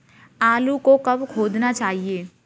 आलू को कब खोदना चाहिए?